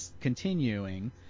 continuing